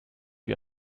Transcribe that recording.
wie